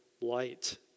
light